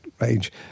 range